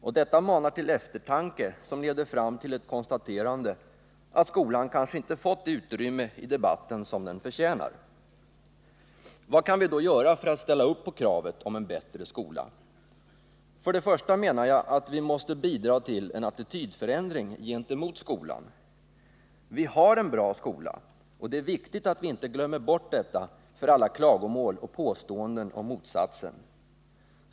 Och detta manar till eftertanke som leder fram till ett konstaterande att skolan kanske inte fått det utrymme i debatten som den förtjänar. Vad kan vi då göra för att ställa upp på kravet om en bättre skola? Till att börja med menar jag att vi måste bidra till en attitydförändring gentemot skolan. Vi har en bra skola, och det är viktigt att vi inte glömmer bort detta för alla klagomål och påståenden om motsatsen.